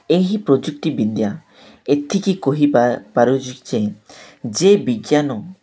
ଏହି ପ୍ରଯୁକ୍ତିବିଦ୍ୟା ଏତିକି କହି ପାରୁଛି ଯେ ଯେ ବିଜ୍ଞାନ